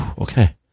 okay